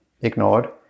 ignored